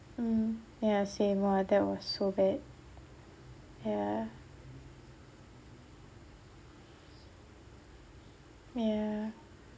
mm yeah same !wah! that was so bad ya ya